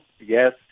yes